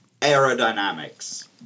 Aerodynamics